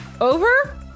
over